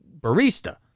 barista